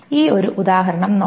ഈ ഒരു ഉദാഹരണം നോക്കാം